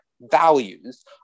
values